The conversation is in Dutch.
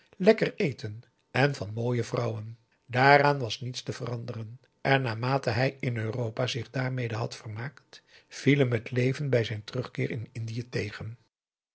lekker eten en van mooie vrouwen daaraan was niets te veranderen en naarmate hij in europa zich daarmede had vermaakt viel hem het leven bij zijn terugkeer in indië tegen